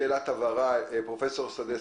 פרופ' סדצקי,